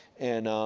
and,